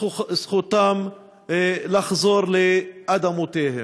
זכותם לחזור לאדמותיהם.